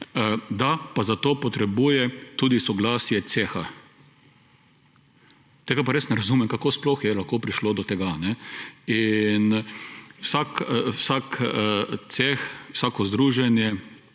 da pa za to potrebuje tudi soglasje ceha. Tega pa res ne razumem, kako sploh je lahko prišlo do tega. In vsak ceh, vsako združenje,